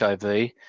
HIV